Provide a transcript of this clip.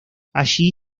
allí